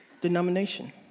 denomination